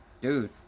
dude